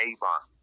Avon